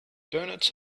doughnuts